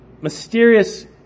mysterious